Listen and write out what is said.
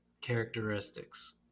characteristics